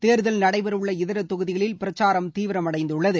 தேர்தல் நடைபெறவுள்ள இதர தொகுதிகளில் பிரச்சாரம் தீவிரமடைந்துள்ளது